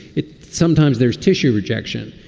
it sometimes there's tissue rejection.